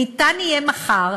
ניתן יהיה מחר,